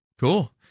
Cool